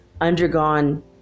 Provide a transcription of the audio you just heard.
undergone